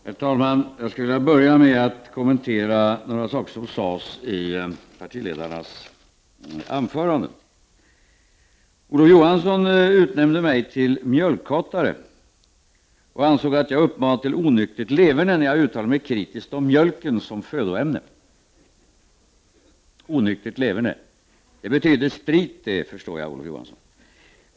Herr talman! Jag skulle vilja börja med att kommentera några saker som sades i partiledarnas anföranden. Olof Johansson utnämnde mig till mjölkhatare och ansåg att jag uppmanade till onyktert leverne när jag uttalade mig kritiskt om mjölken som födoämne. Med talet om onyktert leverne förstår jag att Olof Johansson syftar på sprit.